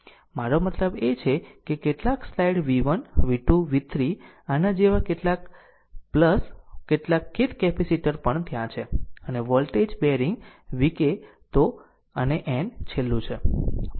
મારો મતલબ છે કે કેટલાક સ્લાઈડ v1 v2 v3 આના જેવા ક્યાંક કેટલાક કેટલાક kth કેપેસિટર પણ ત્યાં છે અને વોલ્ટેજ બેરિંગ vk તો અને n એ છેલ્લું છે